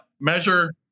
measure